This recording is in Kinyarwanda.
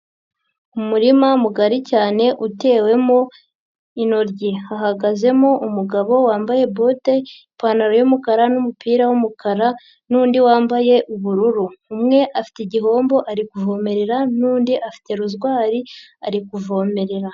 Umurima mugari cyane utewemo intoryi, hahagazemo umugabo wambaye bote, ipantaro y'umukara n'umupira w'umukara n'undi wambaye ubururu, umwe afite igihombo ari kuvomerera n'undi afite rozwari ari kuvomerera.